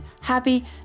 happy